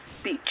speech